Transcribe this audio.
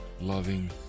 loving